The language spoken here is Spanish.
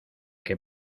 que